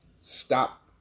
stop